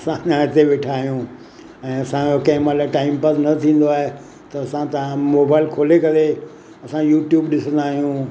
असां अञा हिते वेठा आहियूं ऐं असांजो कंहिं महिल टाइम पास न थींदो आहे त असां तव्हां मोबाएल खोले करे असां यूट्यूब ॾिसंदा आहियूं